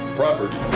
property